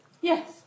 Yes